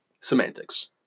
Semantics